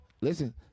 listen